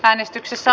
äänestyksessä